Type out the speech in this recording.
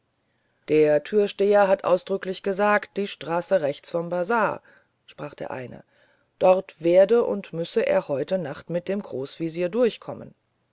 der türsteher hat ausdrücklich gesagt die straße rechts vom bazar sprach der eine dort werde und müsse er heute nacht mit dem großwesir durchkommen